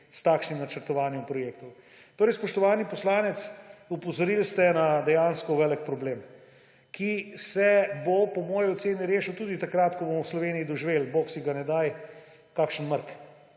s takšnim načrtovanjem projektov. Spoštovani poslanec, opozorili ste na dejansko velik problem, ki se bo po moji oceni rešil tudi takrat, ko bomo v Sloveniji doživeli, bog si ga ne daj, kakšen mrk.